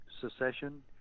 secession